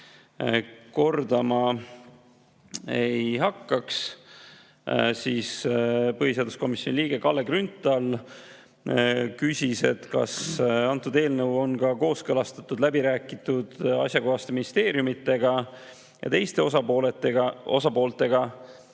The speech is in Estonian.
kordama ei hakkaks. Põhiseaduskomisjoni liige Kalle Grünthal küsis, kas eelnõu on kooskõlastatud, läbi räägitud asjakohaste ministeeriumidega ja teiste osapooltega.